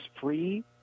free